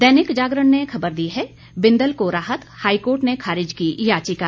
दैनिक जागरण ने खबर दी है बिंदल को राहत हाईकोर्ट ने खारिज की याचिका